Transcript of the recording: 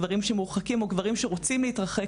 גברים שמורחקים או גברים שרוצים להתרחק